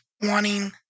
wanting